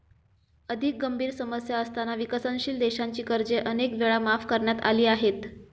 अधिक गंभीर समस्या असताना विकसनशील देशांची कर्जे अनेक वेळा माफ करण्यात आली आहेत